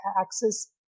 access